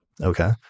Okay